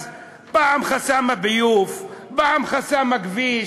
אז פעם חסם הביוב, פעם חסם הכביש,